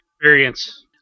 experience